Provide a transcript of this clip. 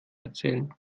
erzählen